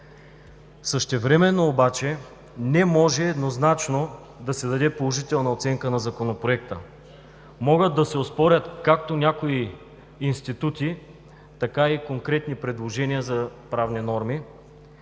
Същевременно обаче не може еднозначно да се даде положителна оценка на Законопроекта. Могат да се оспорят както някои институти, така и конкретни предложения за правни норми,